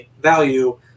value